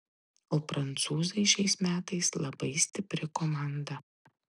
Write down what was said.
o prancūzai šiais metais labai stipri komanda